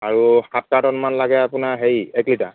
আৰু সাত কাৰ্টনমান লাগে আপোনাৰ হেৰি এক লিটাৰ